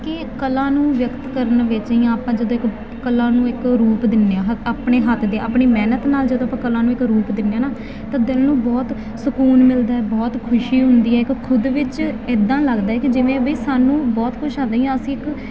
ਕਿ ਕਲਾ ਨੂੰ ਵਿਅਕਤ ਕਰਨ ਵਿੱਚ ਜਾਂ ਆਪਾਂ ਜਦੋਂ ਇੱਕ ਕਲਾ ਨੂੰ ਇੱਕ ਰੂਪ ਦਿੰਦੇ ਹਾਂ ਆਪਣੇ ਹੱਥ ਦੇ ਆਪਣੀ ਮਿਹਨਤ ਨਾਲ ਜਦੋਂ ਆਪਾਂ ਕਲਾ ਨੂੰ ਇੱਕ ਰੂਪ ਦਿੰਦੇ ਆ ਨਾ ਤਾਂ ਦਿਲ ਨੂੰ ਬਹੁਤ ਸਕੂਨ ਮਿਲਦਾ ਬਹੁਤ ਖੁਸ਼ੀ ਹੁੰਦੀ ਹੈ ਕਿ ਖੁਦ ਵਿੱਚ ਇੱਦਾਂ ਲੱਗਦਾ ਕਿ ਜਿਵੇਂ ਵੀ ਸਾਨੂੰ ਬਹੁਤ ਅਸੀਂ ਇੱਕ